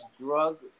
drug